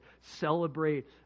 celebrate